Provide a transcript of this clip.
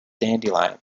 dandelion